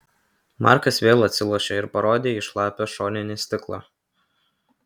markas vėl atsilošė ir parodė į šlapią šoninį stiklą